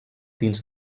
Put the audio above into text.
dins